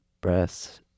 breaths